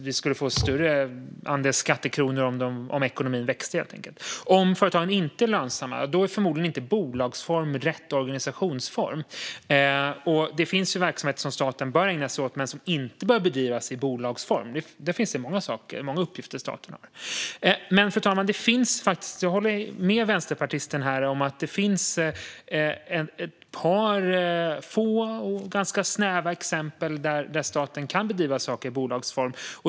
Vi skulle få större andel skattekronor om ekonomin växte, helt enkelt. Om företagen inte är lönsamma är förmodligen inte bolag rätt organisationsform. Det finns verksamheter som staten bör ägna sig åt men som inte bör bedrivas i bolagsform. Det finns många uppgifter som staten har. Fru talman! Jag håller med vänsterpartisten här om att det finns ett par få ganska snäva exempel där staten kan bedriva saker i bolagsform.